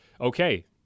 okay